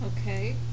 Okay